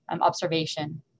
observation